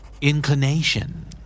Inclination